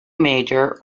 major